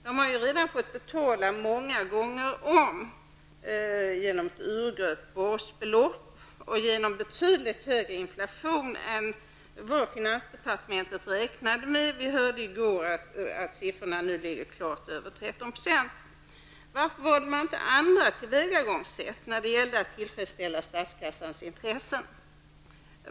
De har ju redan fått betala många gånger om genom att basbeloppet har gröpts ur och på grund av betydligt högre inflation än vad finansdepartementet har räknat med. Senast i går kunde vi höra att siffrorna ligger klart över 13 %. Varför har inte andra tillvägagångssätt valts för att tillfredsställa statskassans intressen?